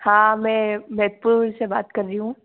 हाँ मै मेदपुरी से बात कर रही हूँ